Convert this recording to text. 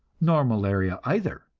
nor malaria either.